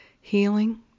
healing